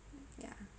yeah